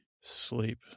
sleep